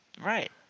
Right